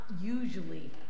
usually